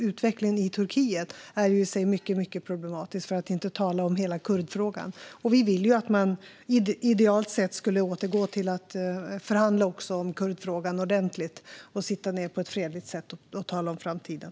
Utvecklingen i Turkiet är i sig mycket problematisk, för att inte tala om hela kurdfrågan. Vi vill att man återgår till att förhandla ordentligt om kurdfrågan, idealt genom att sitta ned på ett fredligt sätt och tala om framtiden.